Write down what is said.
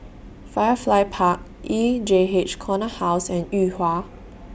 Firefly Park E J H Corner House and Yuhua